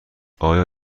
آیا